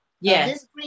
Yes